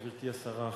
גברתי השרה,